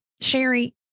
Sherry